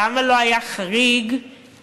למה זה לא היה חריג כשרצינו,